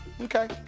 Okay